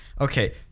okay